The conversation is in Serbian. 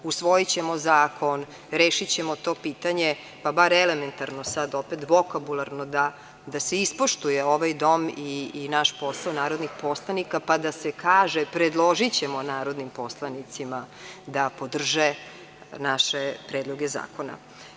Usvojićemo zakon, rešićemo to pitanje, pa bar elementarno sad, vokabularno da se ispoštuje ovaj dom i naš posao narodnih poslanika, pa da se kaže – predložićemo narodnim poslanicima da podrže naše predloge zakona.